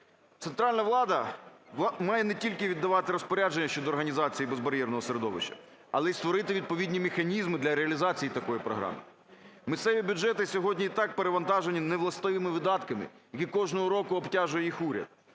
Центральна влада має не тільки віддавати розпорядження щодо організації безбар'єрного середовища, але і створити відповідні механізми для реалізації такої програми. Місцеві бюджети сьогодні і так перевантажені невластивими видатками, якими кожного року обтяжує їх уряд.